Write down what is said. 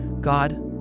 God